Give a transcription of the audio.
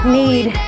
need